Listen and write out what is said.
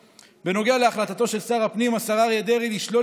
בנוגע להחלטתו של שר הפנים השר אריה דרעי לשלול